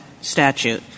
statute